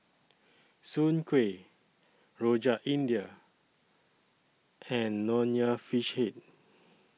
Soon Kuih Rojak India and Nonya Fish Head